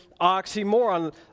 oxymoron